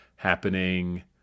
happening